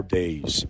days